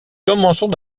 commençons